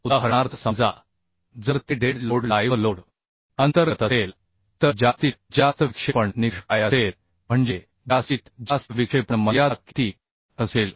उदाहरणार्थ समजा जर ते डेड लोड लाइव्ह लोड अंतर्गत असेल तर जास्तीत जास्त विक्षेपण निकष काय असेल म्हणजे जास्तीत जास्त विक्षेपण मर्यादा किती असेल